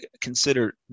consider